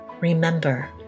remember